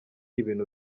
ibintu